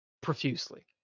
profusely